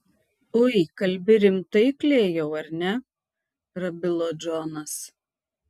ui kalbi rimtai klėjau ar ne prabilo džonas